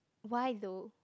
why though